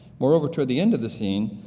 moreover, toward the end of the scene,